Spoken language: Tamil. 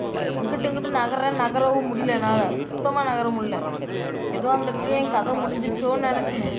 அங்கிட்டு இங்கிட்டு நகர்றேன் நகரவும் முடியல என்னால் சுத்தமாக நகரமுடில்ல ஏதோ அந்த இடத்துலேயே என் கதை முடிஞ்சிடுச்சோன்னு நினச்சேன்